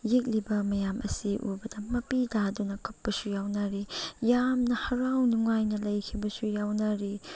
ꯌꯦꯛꯂꯤꯕ ꯃꯌꯥꯝ ꯑꯁꯤ ꯎꯕꯗ ꯃꯄꯤ ꯇꯥꯗꯨꯅ ꯀꯞꯄꯁꯨ ꯌꯥꯎꯅꯔꯤ ꯌꯥꯝꯅ ꯍꯔꯥꯎ ꯅꯨꯡꯉꯥꯏꯅ ꯂꯩꯈꯤꯕꯁꯨ ꯌꯥꯎꯅꯔꯤ